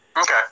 Okay